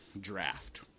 draft